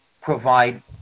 provide